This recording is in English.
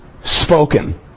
spoken